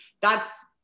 thats